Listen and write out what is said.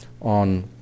on